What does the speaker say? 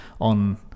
on